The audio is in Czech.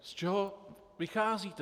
Z čeho vycházíte?